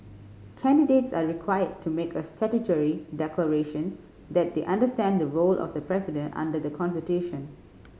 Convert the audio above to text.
candidates are required to make a statutory declaration that they understand the role of the president under the constitution